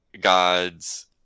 God's